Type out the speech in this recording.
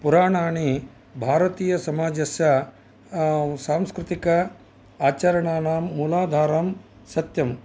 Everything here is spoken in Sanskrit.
पुराणानि भारतीयसमाजस्य सांस्कृतिक आचरणानां मूलाधारं सत्यम्